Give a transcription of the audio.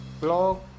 blog